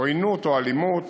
עוינות או אלימות